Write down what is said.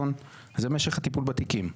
אז זה משך הטיפול בתיקים,